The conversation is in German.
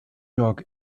york